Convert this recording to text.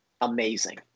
amazing